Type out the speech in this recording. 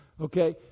Okay